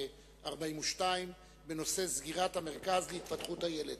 42 בנושא: סגירת המרכז להתפתחות הילד.